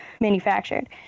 manufactured